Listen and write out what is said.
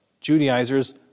Judaizers